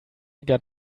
got